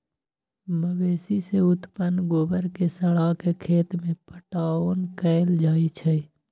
मवेशी से उत्पन्न गोबर के सड़ा के खेत में पटाओन कएल जाइ छइ